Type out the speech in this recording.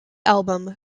album